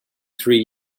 three